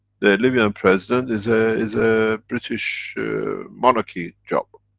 the libyan president is ah is a british monarchy job.